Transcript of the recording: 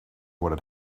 what